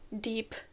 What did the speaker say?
deep